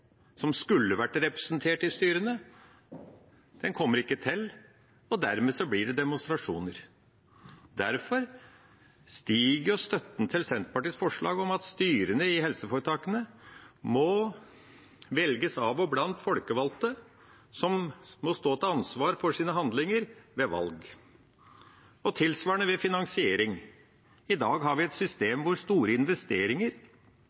som skulle vært representert i styrene, kommer ikke til, og dermed blir det demonstrasjoner. Derfor stiger støtten til Senterpartiets forslag om at styrene i helseforetakene må velges av og blant folkevalgte, som må stå til ansvar for sine handlinger ved valg. Tilsvarende ved finansiering: I dag har vi et